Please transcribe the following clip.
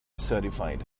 certified